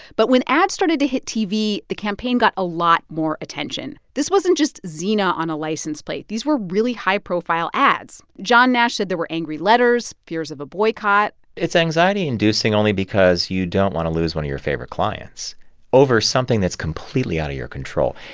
but when ads started to hit tv, the campaign got a lot more attention. this wasn't just xena on a license plate. these were really high-profile ads. john nash said there were angry letters, fears of a boycott it's anxiety-inducing only because you don't want to lose one of your favorite clients over something that's completely out of your control.